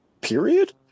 period